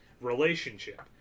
relationship